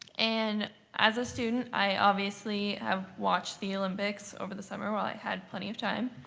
and as a student, i obviously have watched the olympics over the summer while i had plenty of time.